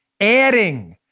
Adding